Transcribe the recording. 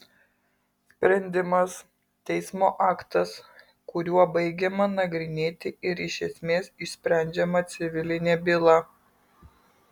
sprendimas teismo aktas kuriuo baigiama nagrinėti ir iš esmės išsprendžiama civilinė byla